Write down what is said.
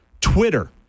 Twitter